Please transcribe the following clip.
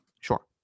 Sure